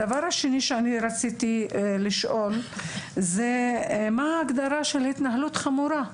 הדבר השני שאני רציתי לשאול זה מה ההגדרה של "התנהלות חמורה".